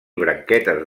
branquetes